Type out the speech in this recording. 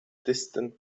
distant